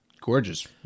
gorgeous